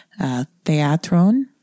theatron